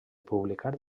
publicar